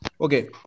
Okay